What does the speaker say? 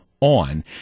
on